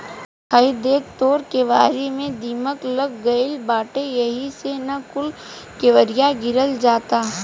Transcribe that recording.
हइ देख तोर केवारी में दीमक लाग गइल बाटे एही से न कूल केवड़िया गिरल जाता